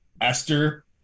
Esther